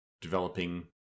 developing